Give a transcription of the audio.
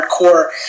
hardcore